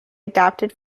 adapted